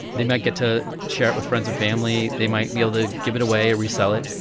they might get to share it with friends and family, they might be able to give it away, resell it.